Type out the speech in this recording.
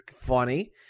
funny